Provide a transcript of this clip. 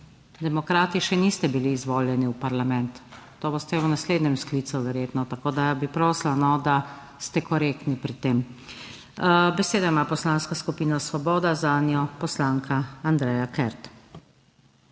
demokrati še niste bili izvoljeni v parlament. To boste v naslednjem sklicu verjetno, tako da bi prosila, da ste korektni pri tem. Besedo ima Poslanska skupina Svoboda, zanjo poslanka Andreja Kert.